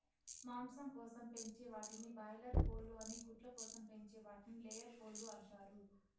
మాంసం కోసం పెంచే వాటిని బాయిలార్ కోళ్ళు అని గుడ్ల కోసం పెంచే వాటిని లేయర్ కోళ్ళు అంటారు